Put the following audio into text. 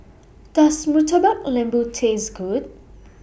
Does Murtabak Lembu Taste Good